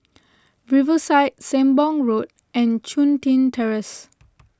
Riverside Sembong Road and Chun Tin Terrace